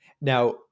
Now